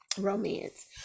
romance